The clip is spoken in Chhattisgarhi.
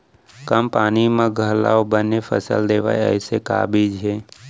कम पानी मा घलव बने फसल देवय ऐसे का बीज हे?